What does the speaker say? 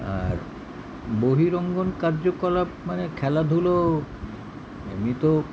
আর বহিরঙ্গন কার্যকলাপ মানে খেলাধুলো এমনি তো